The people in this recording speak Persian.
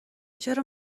چرا